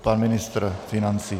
Pan ministr financí.